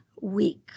week